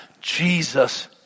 Jesus